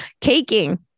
Caking